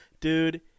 dude